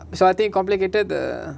so I think complicated the